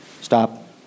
Stop